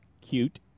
cute